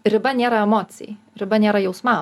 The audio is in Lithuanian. riba nėra emocijai riba nėra jausmam